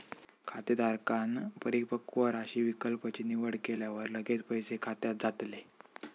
खातेधारकांन परिपक्व राशी विकल्प ची निवड केल्यावर लगेच पैसे खात्यात जातले